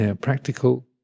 practical